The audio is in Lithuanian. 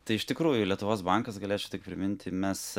tai iš tikrųjų lietuvos bankas galėčiau tik priminti mes